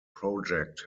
project